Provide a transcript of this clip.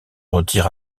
retire